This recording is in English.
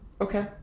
Okay